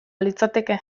litzateke